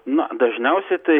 na dažniausiai tai